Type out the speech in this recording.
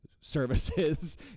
services